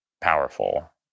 powerful